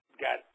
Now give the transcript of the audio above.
got